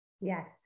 Yes